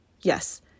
Yes